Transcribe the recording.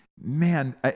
man